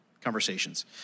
conversations